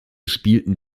spielten